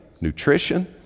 nutrition